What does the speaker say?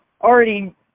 already